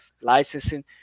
licensing